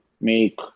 make